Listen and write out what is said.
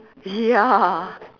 ya